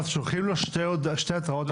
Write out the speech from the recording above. שולחים לו שתי התראות.